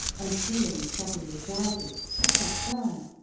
and feeling suddenly drowsy, he sat down.